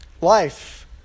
Life